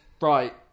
right